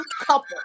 couple